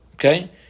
Okay